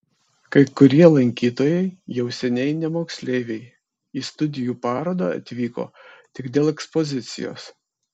kai kurie lankytojai jau seniai ne moksleiviai į studijų parodą atvyko tik dėl ekspozicijos